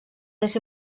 més